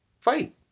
fight